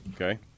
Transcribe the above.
Okay